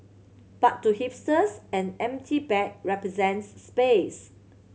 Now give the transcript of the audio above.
but to hipsters an empty bag represents space